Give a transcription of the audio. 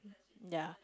ya